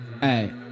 hey